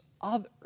others